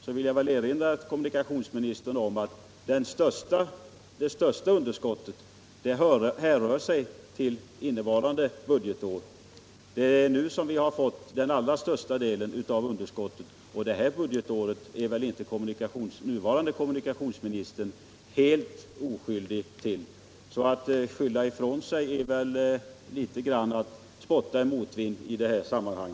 Här vill jag erinra kommunikationsministern om att det största underskottet härrör från innevarande budgetår. Det är nu som vi fått den allra största delen av underskottet, och beträffande det här budgetåret är väl inte nuvarande kommunikationsministern helt oskyldig? Att i det här sammanhanget skylla ifrån sig är väl att spotta litet grand i motvind.